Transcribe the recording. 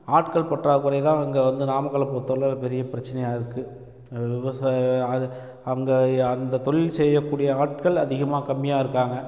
ஆட்கள் பற்றாக்குறை தான் இங்கே வந்து நாமக்கலில் பொறுத்தளவில் ஒரு பெரிய பிரச்சனையாக இருக்குது இங்கே விவசாயம் அது அங்கே அந்த தொழில்கள் செய்யக்கூடிய ஆட்கள் அதிகமாக கம்மியாக இருக்காங்க